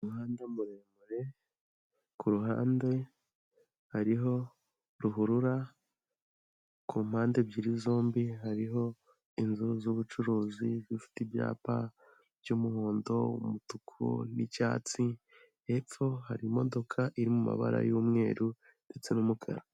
Ku ruhande hariho ruhurura ku mpande ebyiri zombi hariho inzu z'ubucuruzi zifite ibyapa by'umuhondo, umutuku n'icyatsi, hepfo hari imodoka iri mumabara y'umweru ndetse n'umukara.